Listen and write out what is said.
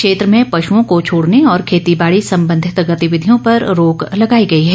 क्षेत्र में पशुओं को छोड़ने और खेतीबाड़ी संबंधित गतिविधियों पर रोक लगाई गई है